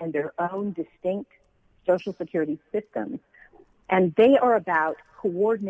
and their own distinct social security system and they are about who ward